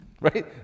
Right